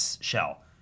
Shell